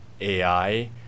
AI